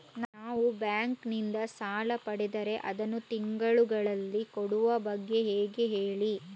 ನಾವು ಬ್ಯಾಂಕ್ ನಿಂದ ಸಾಲ ಪಡೆದರೆ ಅದನ್ನು ತಿಂಗಳುಗಳಲ್ಲಿ ಕೊಡುವ ಬಗ್ಗೆ ಹೇಗೆ ಹೇಳಿ